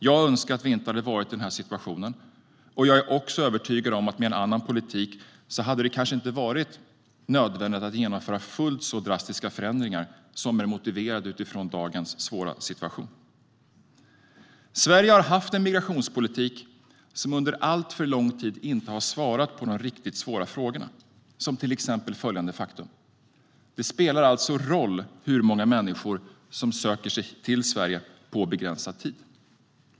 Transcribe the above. Jag önskar att vi inte hade varit i den här situationen, och jag är övertygad om att det med en annan politik kanske inte hade varit nödvändigt att genomföra fullt så drastiska förändringar som de som är motiverade utifrån dagens svåra situation. Sverige har haft en migrationspolitik som under alltför lång tid inte har svarat på de riktigt svåra frågorna, till exempel det faktum att det spelar roll hur många människor som söker sig till Sverige på begränsad tid.